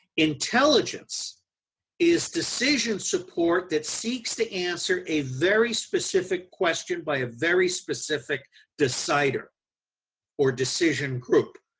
intelligence is decision support that seeks to answer a very specific question by a very specific decider or decision group.